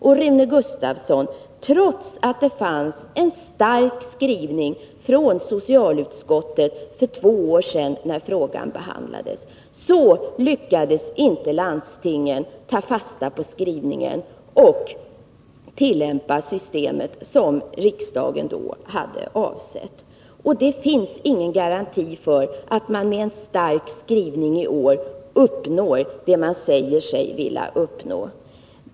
Och, Rune Gustavsson, trots att det fanns en stark skrivning från socialutskottet för två år sedan när frågan behandlades lyckades inte landstingen ta fasta på skrivningen och tillämpa systemet så som riksdagen då hade avsett. Det finns ingen garanti för att man med en stark skrivning i år uppnår det man säger sig vilja uppnå.